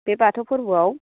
बे बाथौ फोरबोआव